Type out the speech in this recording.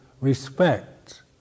respect